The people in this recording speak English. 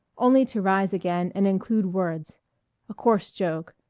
only to rise again and include words a coarse joke,